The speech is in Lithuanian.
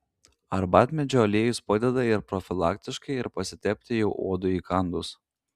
arbatmedžio aliejus padeda ir profilaktiškai ir pasitepti jau uodui įkandus